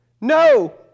no